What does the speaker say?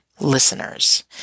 listeners